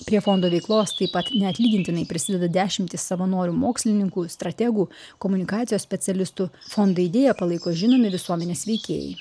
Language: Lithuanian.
prie fondo veiklos taip pat neatlygintinai prisideda dešimtys savanorių mokslininkų strategų komunikacijos specialistų fondo idėją palaiko žinomi visuomenės veikėjai